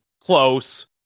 close